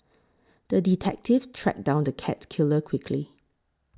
the detective tracked down the cat killer quickly